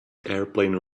airplane